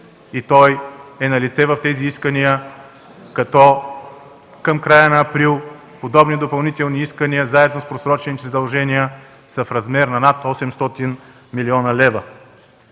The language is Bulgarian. и той е налице в тези искания, като към края на април подобни допълнителни искания, заедно с просрочените задължения са в размер на над 800 млн. лв.